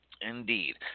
Indeed